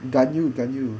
ganyu ganyu